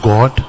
God